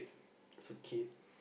is a kid